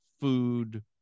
food